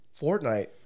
Fortnite